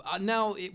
Now